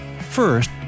First